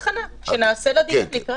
אני מבקשת, את אותה הכנה שנעשה לדיון לקראת.